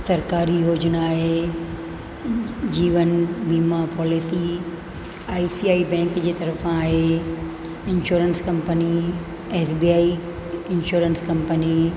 सरकारी योजना आहे जीवन वीमा policy I C I bank जे तर्फ़ां आहे insurance company S B I insurance company